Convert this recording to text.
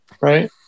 Right